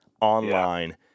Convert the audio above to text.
online